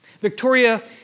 Victoria